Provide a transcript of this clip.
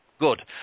Good